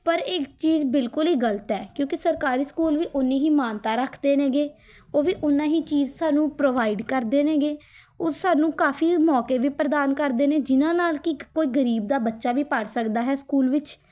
ਪਰ ਇਹ ਚੀਜ਼ ਬਿਲਕੁਲ ਹੀ ਗਲਤ ਹੈ ਕਿਉਂਕਿ ਸਰਕਾਰੀ ਸਕੂਲ ਵੀ ਉਨੀ ਹੀ ਮਾਨਤਾ ਰੱਖਦੇ ਨੇਗੇ ਉਹ ਵੀ ਉਨਾਂ ਹੀ ਚੀਜ਼ ਸਾਨੂੰ ਪ੍ਰੋਵਾਈਡ ਕਰਦੇ ਨੇਗੇ ਉਹ ਸਾਨੂੰ ਕਾਫੀ ਮੌਕੇ ਵੀ ਪ੍ਰਦਾਨ ਕਰਦੇ ਨੇ ਜਿਨ੍ਹਾਂ ਨਾਲ ਕਿ ਕੋਈ ਗਰੀਬ ਦਾ ਬੱਚਾ ਵੀ ਪੜ੍ਹ ਸਕਦਾ ਹੈ ਸਕੂਲ ਵਿੱਚ